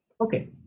Okay